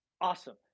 awesome